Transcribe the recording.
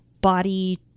Body